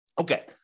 Okay